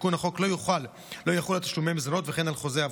תיקון החוק לא יחול על תשלומי מזונות וכן על חוזה עבודה.